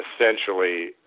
Essentially